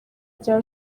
rya